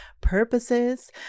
purposes